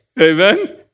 amen